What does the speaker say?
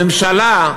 הממשלה,